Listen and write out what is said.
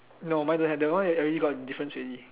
no mine don't have that one already got difference already